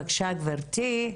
בבקשה גבירתי.